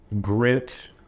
grit